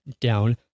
down